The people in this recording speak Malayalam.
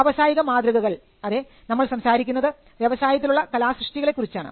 വ്യാവസായിക മാതൃകകൾ അതെ നമ്മൾ സംസാരിക്കുന്നത് വ്യവസായത്തിലുള്ള കലാസൃഷ്ടികളെ കുറിച്ചാണ്